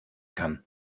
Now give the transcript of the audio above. kann